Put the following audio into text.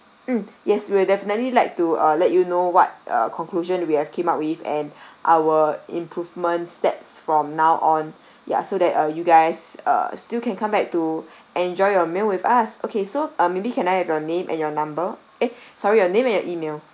mm yes we'll definitely like to uh let you know what a conclusion we have came up with and our improvement steps from now on ya so that uh you guys uh still can come back to enjoy your meal with us okay so uh maybe can I have your name and your number eh sorry your name and your email